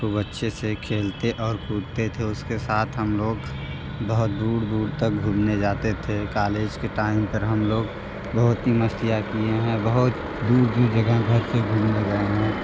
खूब अच्छे से खेलते और कूदते थे उसके साथ हम लोग बहुत दूर दूर तक घूमने जाते थे कालेज के टाइम पर हम लोग बहुत ही मस्तियाँ किए हैं बहुत दूर दूर जगह घर से घूमने गए हैं